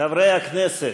חברי הכנסת,